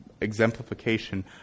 exemplification